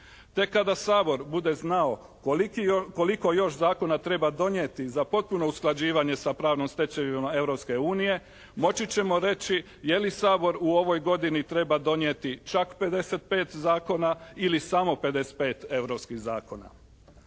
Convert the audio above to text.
Tek kada Sabor bude znao koliki, koliko još zakona treba donijeti za potpuno usklađivanje sa pravnom stečevinom Europske unije moći ćemo reći je li Sabor u ovoj godini treba donijeti čak 55 zakona ili samo 55 europskih zakona?